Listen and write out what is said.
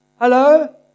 Hello